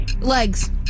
Legs